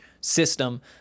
system